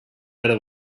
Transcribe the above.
other